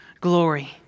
glory